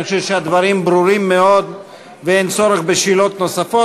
אני חושב שהדברים ברורים מאוד ואין צורך בשאלות נוספות.